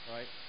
Right